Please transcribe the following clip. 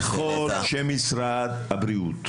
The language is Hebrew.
התורים לקופות החולים